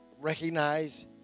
recognize